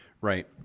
Right